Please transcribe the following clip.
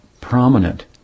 prominent